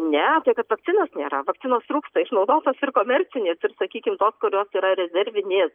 ne tai kad vakcinos nėra vakcinos trūksta išnaudotos ir komercinės ir sakykim tos kurios yra rezervinės